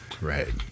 Right